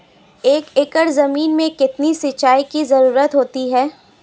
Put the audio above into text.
एक एकड़ ज़मीन में कितनी सिंचाई की ज़रुरत होती है?